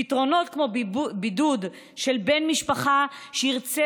פתרונות כמו בידוד של בן משפחה שירצה